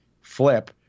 flip